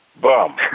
Bum